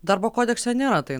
darbo kodekse nėra tai